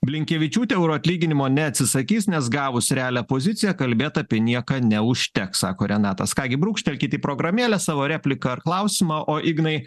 blinkevičiūtė euroatlyginimo neatsisakys nes gavus realią poziciją kalbėt apie nieką neužteks sako renatas ką gi brūkštelkit į programėlę savo repliką ar klausimą o ignai